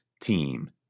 team